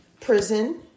Prison